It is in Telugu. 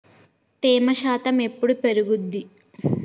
తేమ శాతం ఎప్పుడు పెరుగుద్ది?